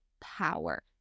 power